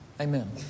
Amen